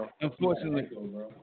unfortunately